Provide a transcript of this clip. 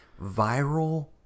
viral